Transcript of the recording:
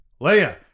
Leia